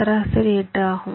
சராசரி 8 ஆகும்